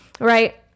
Right